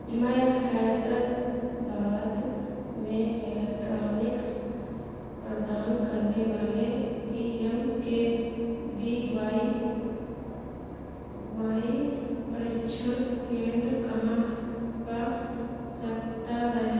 मैं हैदराबाद में इलेक्ट्रॉनिक्स प्रदान करने वाले P M K V Y Y प्रशिक्षण केन्द्र कहाँ पा सकता है